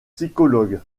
psychologue